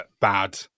bad